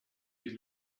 you